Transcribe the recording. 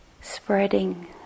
spreading